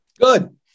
Good